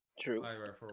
True